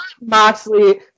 Moxley